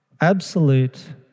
absolute